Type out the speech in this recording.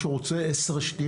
יש עוד מישהו שרוצה להתייחס?